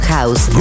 House